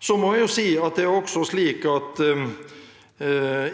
Jeg må også si at